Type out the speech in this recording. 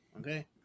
Okay